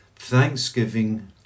thanksgiving